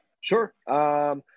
Sure